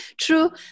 true